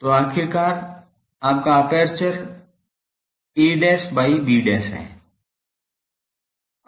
तो आखिरकार आपका एपर्चर a by b है